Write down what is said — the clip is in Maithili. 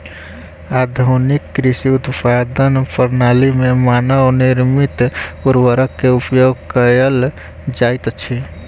आधुनिक कृषि उत्पादनक प्रणाली में मानव निर्मित उर्वरक के उपयोग कयल जाइत अछि